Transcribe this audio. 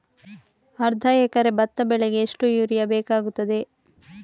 ಅರ್ಧ ಎಕರೆ ಭತ್ತ ಬೆಳೆಗೆ ಎಷ್ಟು ಯೂರಿಯಾ ಬೇಕಾಗುತ್ತದೆ?